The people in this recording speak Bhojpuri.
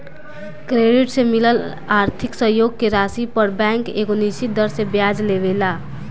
क्रेडिट से मिलल आर्थिक सहयोग के राशि पर बैंक एगो निश्चित दर से ब्याज लेवेला